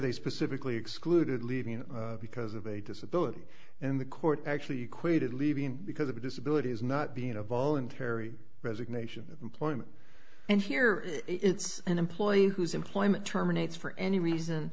they specifically excluded leaving because of a disability and the court actually equated leaving because of a disability not being a voluntary resignation of employment and here it's an employee whose employment terminates for any reason